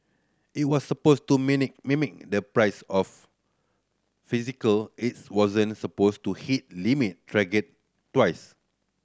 it was supposed to mimic the price of physical its wasn't supposed to hit limit trigger twice